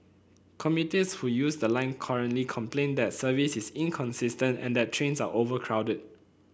commuters who use the line currently complain that service is inconsistent and that trains are overcrowded